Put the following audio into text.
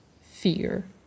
fear